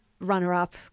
runner-up